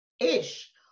ish